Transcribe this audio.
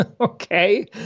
okay